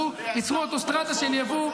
ויצרו אוטוסטרדה של יבוא,